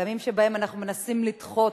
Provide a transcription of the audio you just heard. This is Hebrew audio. בימים שבהם אנחנו מנסים לדחות,